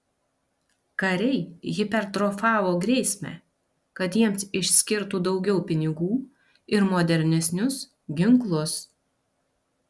kariai hipertrofavo grėsmę kad jiems išskirtų daugiau pinigų ir modernesnius ginklus